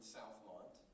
Southmont